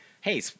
hey